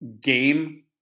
game